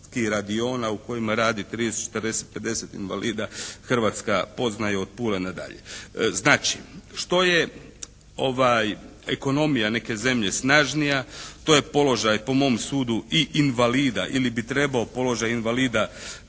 radiona u kojima radi 30, 40, 50 invalida Hrvatska poznaje od Pule nadalje. Znači. Što je ekonomija neke zemlje snažnija, to je položaj po mom sudu i invalida ili bi trebao položaj invalida